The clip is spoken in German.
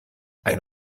ein